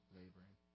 laboring